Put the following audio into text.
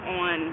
on